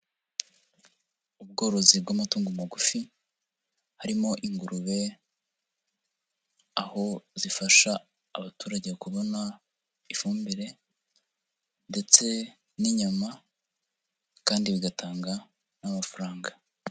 Ubworozi bw'amatungo magufi, harimo ingurube; aho zifasha abaturage kubona ifumbire ndetse n'inyama, kandi bigatanga n'amafaranga.